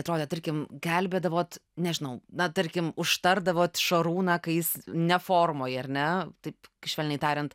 atrodė tarkim gelbėdavot nežinau na tarkim užtardavot šarūną kai jis ne formoj ar ne taip švelniai tariant